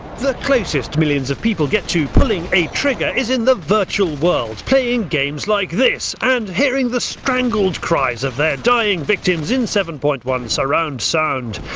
the closest millions of people get to pulling a trigger is in the virtual world, playing games like this, and hearing the strangled cries of their dying victims in seven point one surround sound.